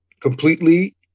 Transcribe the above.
completely